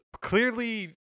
clearly